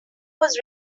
was